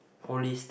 holistic